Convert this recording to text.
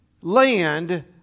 land